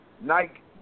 Nike